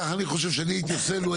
כי אנחנו רוצים לראות שהוא לא ניצל.